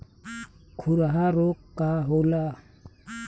खुरहा रोग का होला?